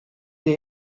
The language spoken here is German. der